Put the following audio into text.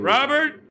Robert